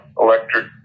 electric